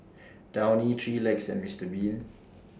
Downy three Legs and Mister Bean